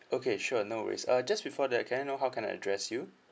okay sure no worries uh just before that can I know how can I address you